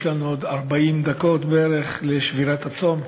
יש לנו עוד 40 דקות בערך לשבירת הצום.